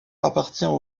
appartient